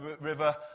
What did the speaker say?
River